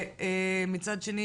ומצד שני